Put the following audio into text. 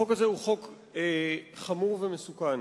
החוק הזה הוא חוק חמור ומסוכן.